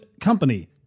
company